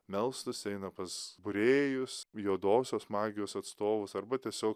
melstųsi eina pas būrėjus juodosios magijos atstovus arba tiesiog